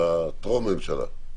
בטרום ממשלה?